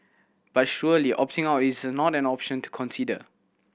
but surely opting out is not an option to consider